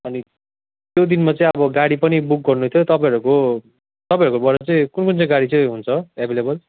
अनि त्यो दिनमा चाहिँ अब गाडी पनि बुक गर्नु थियो तपाईँहरूको तपाईँहरूकोबाट चाहिँ कुन कुन चाहिँ गाडी चाहिँ हुन्छ एभाइलेबल